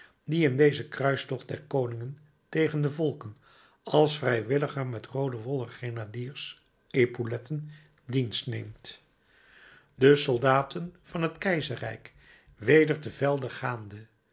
die in dezen kruistocht der koningen tegen de volken als vrijwilliger met roode wollen grenadiers epauletten dienst neemt de soldaten van het keizerrijk weder te veld gaande